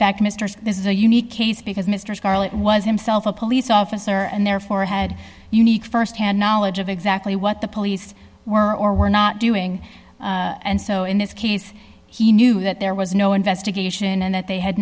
fact mr this is a unique case because mr scarlett was himself a police officer and therefore a head unique st hand knowledge of exactly what the police were or were not doing and so in this case he knew that there was no investigation and that they had